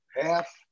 half